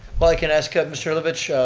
well, i can ask, mr. herlovitch,